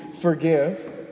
forgive